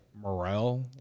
Morrell